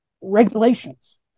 regulations